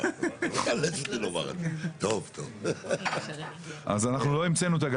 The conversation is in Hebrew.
בעזרתם ליושב-ראש הוועדה וזה קרה.